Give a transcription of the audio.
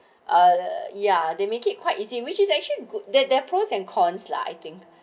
uh ya they make it quite easy which is actually good that they're pros and cons lah I think